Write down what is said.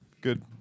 Good